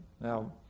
Now